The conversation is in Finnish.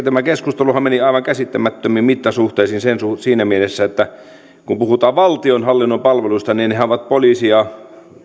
tämä keskusteluhan meni aivan käsittämättömiin mittasuhteisiin siinä mielessä että kun puhutaan valtionhallinnon palveluista niin nehän ovat poliisia